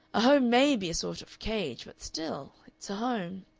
a home may be a sort of cage, but still it's a home.